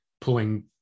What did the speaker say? pulling